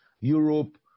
Europe